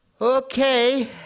okay